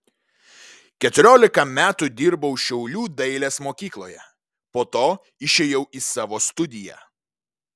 keturiolika metų dirbau šiaulių dailės mokykloje po to išėjau į savo studiją